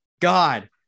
God